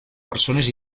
persones